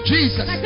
Jesus